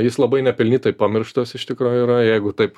jis labai nepelnytai pamirštas iš tikro yra jeigu taip